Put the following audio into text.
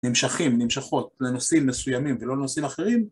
נמשכים, נמשכות לנושאים מסוימים ולא לנושאים אחרים?